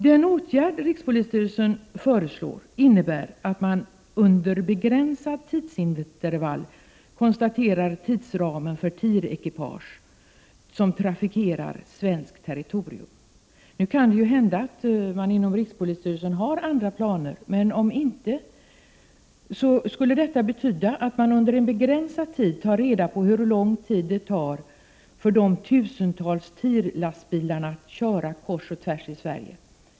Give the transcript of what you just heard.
Den åtgärd rikspolisstyrelsen föreslår innebär att man under begränsat tidsintervall konstaterar tidsramen för TIR-ekipage som trafikerar svenskt territorium. Nu kan det ju hända att man inom rikspolisstyrelsen har andra planer, men om så inte skulle vara fallet betyder det att man under en begränsad tid tar reda på hur lång tid det tar för de tusentals TIR-lastbilarna att köra kors och tvärs i Sverige.